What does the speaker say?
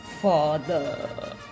father